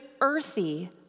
earthy